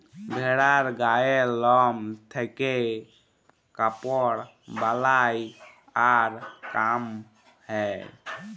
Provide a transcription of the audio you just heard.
ভেড়ার গায়ের লম থেক্যে কাপড় বালাই আর কাম হ্যয়